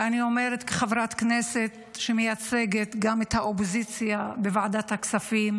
ואני אומרת גם כחברת כנסת שמייצגת את האופוזיציה בוועדת הכספים